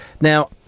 Now